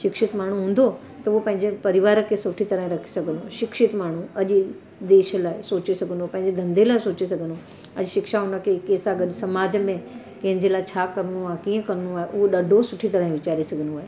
शिक्षित माण्हू हूंदो त उहो पंहिंजे परिवार खे सुठी तरह रखे सघंदो शिक्षित माण्हू अॼु देश लाइ सोचे सघंदो पंहिंजे धंदे लाइ सोचे सघंदो अॼु शिक्षा हुनखे कंहिंसां समाज में कंहिंजे लाइ छा करिणो आहे कीअं करिणो आहे उहो ॾाढो सुठी तरह विचारे सघंदो आहे